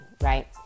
right